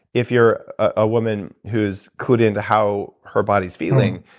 if you're a woman who's clued in to how her body is feeling,